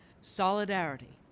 Solidarity